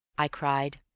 i cried.